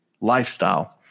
lifestyle